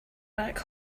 back